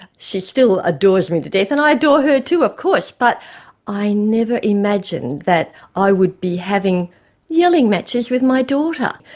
she's still adores me to death and i adore her too of course, but i never imagined that i would be having yelling matches with my daughter.